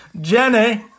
Jenny